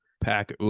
pack